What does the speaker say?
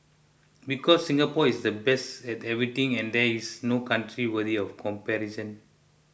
because Singapore is the best at everything and there is no country worthy of comparison